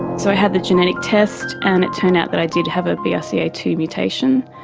so i had the genetic test and it turned out that i did have a b r c a two mutation.